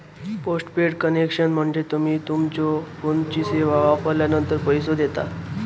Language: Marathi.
पोस्टपेड कनेक्शन म्हणजे तुम्ही तुमच्यो फोनची सेवा वापरलानंतर पैसो देता